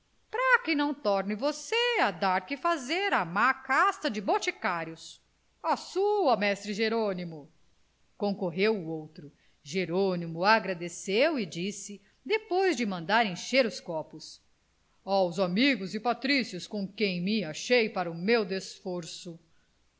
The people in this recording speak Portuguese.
pra que não torne você a dar que fazer à má casta dos boticários à sua mestre jerônimo concorreu o outro jerônimo agradeceu e disse depois de mandar encher os copos aos amigos e patrícios com quem me achei para o meu desforço